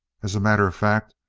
as a matter of fact,